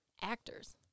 actors